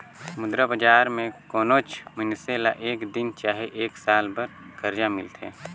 मुद्रा बजार में कोनोच मइनसे ल एक दिन चहे एक साल बर करजा मिलथे